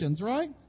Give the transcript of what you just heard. right